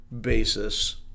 basis